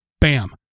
Bam